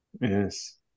Yes